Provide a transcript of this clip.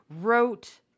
wrote